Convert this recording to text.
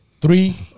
three